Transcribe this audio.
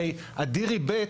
הרי אדירי ב'